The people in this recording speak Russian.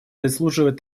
заслуживает